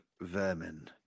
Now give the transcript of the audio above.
vermin